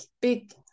big